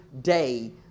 day